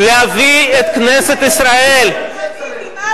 תתבייש לך.